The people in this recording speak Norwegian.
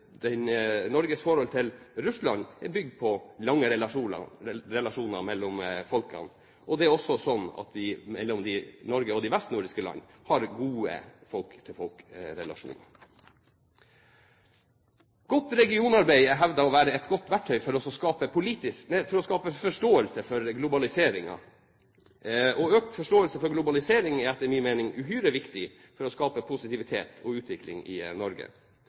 Norges forhold til Russland er bygd på lange relasjoner mellom folk, og det er også slik at det mellom Norge og de vestnordiske landene er gode folk-til-folk-relasjoner. Godt regionarbeid er hevdet å være et godt verktøy for å skape forståelse for globaliseringen. Økt forståelse for globalisering er etter min mening uhyre viktig for å skape positivitet og utvikling i Norge.